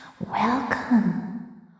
welcome